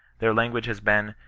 their language has been,